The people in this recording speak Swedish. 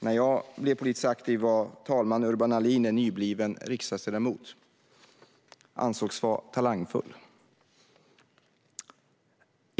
När jag blev politiskt aktiv var talman Urban Ahlin en nybliven riksdagsledamot som ansågs vara talangfull.